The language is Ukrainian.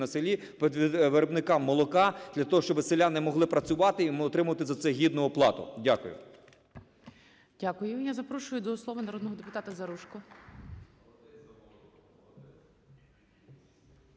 на селі, виробникам молока для того, щоб селяни могли працювати і отримувати за це гідну оплату. Дякую. ГОЛОВУЮЧИЙ. Дякую. Я запрошую до слова народного депутата Заружко.